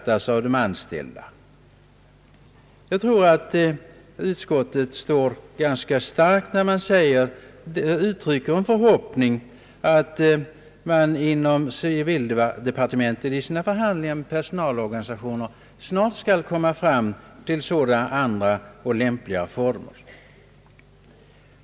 Jag tror att utskottet står starkt när det uttrycker en förhoppning att civildepartmentet i sina förhandlingar med personalorganisationerna snart skall komma fram till sådana andra och lämpligare former.